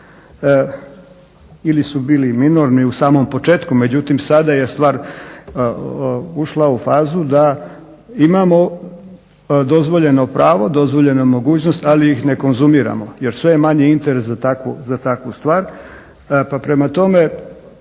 ili su bili minorni u samom početku. Međutim, sada je stvar ušla u fazu da imamo dozvoljeno pravo, dozvoljenu mogućnost ali ih ne konzumiramo jer sve je manji interes za takvu stvar. Pa prema tome